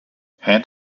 hand